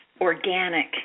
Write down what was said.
organic